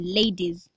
ladies